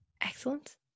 excellent